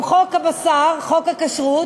עם חוק הבשר, חוק הכשרות,